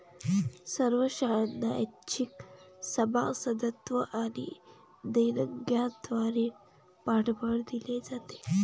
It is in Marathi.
सर्व शाळांना ऐच्छिक सभासदत्व आणि देणग्यांद्वारे पाठबळ दिले जाते